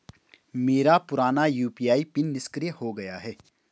मेरा पुराना UPI PIN निष्क्रिय हो गया है